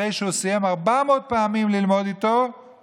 אחרי שהוא סיים ללמוד איתו 400 פעמים,